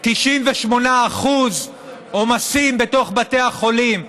98% עומסים בתוך בתי החולים,